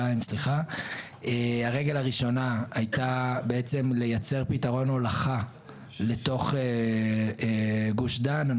הרגל הראשונה הייתה לייצר פתרון הולכה לתוך גוש דן.